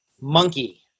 Monkey